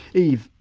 eve,